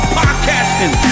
podcasting